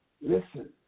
Listen